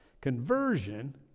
Conversion